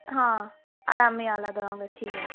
হ্যাঁ আর আমি আলাদা রঙের ঠিক আছে